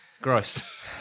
Gross